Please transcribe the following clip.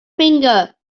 finger